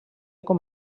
com